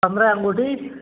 पन्द्रह अंगूठी